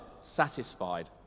satisfied